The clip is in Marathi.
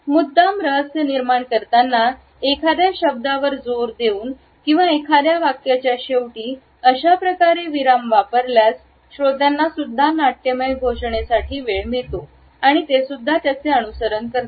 मुद्दाम रहस्य निर्माण करताना एखाद्या शब्दावर जोर देऊन किंवा एखाद्या वाक्याच्या शेवटी अशाप्रकारे विराम वापरल्यास श्रोत्यांना सुद्धा नाट्यमय घोषणा साठी वेळ मिळतो आणि तेसुद्धा त्याचेअनुसरण करतात